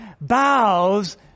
bows